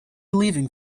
leaving